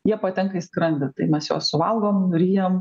jie patenka į skrandį tai mes juos suvalgom ryjam